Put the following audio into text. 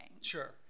Sure